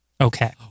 Okay